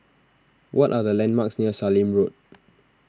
what are the landmarks near Sallim Road